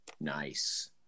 Nice